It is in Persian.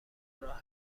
راه